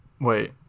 Wait